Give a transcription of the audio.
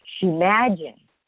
Imagine